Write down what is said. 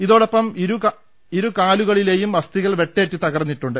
ഇതോടൊപ്പം ഇരുകാലുകളിലെയും അസ്ഥികൾ വെട്ടേറ്റ് തകർന്നിട്ടുണ്ട്